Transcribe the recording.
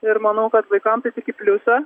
ir manau kad vaikams tai tik į pliusą